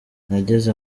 nageze